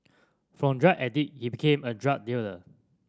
from drug addict he became a drug dealer